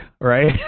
right